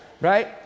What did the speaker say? right